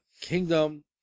Kingdom